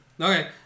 Okay